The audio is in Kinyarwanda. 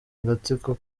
agatsiko